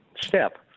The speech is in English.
step